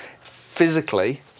physically